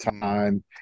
time